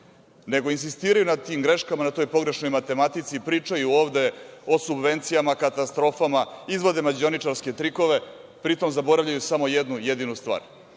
nego insistiraju na tim greškama, na toj pogrešnoj matematici i pričaju ovde o subvencijama, katastrofama, izvode mađioničarske trikove, pri tom zaboravljaju samo jednu jedinu stvar,